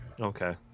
Okay